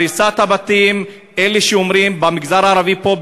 הריסת הבתים במגזר הערבי פה,